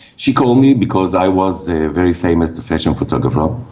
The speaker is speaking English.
she called me because i was a very famous fashion photographer, um